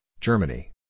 Germany